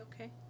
okay